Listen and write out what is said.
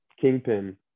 Kingpin